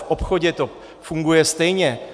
V obchodě to funguje stejně.